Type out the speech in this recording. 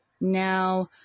Now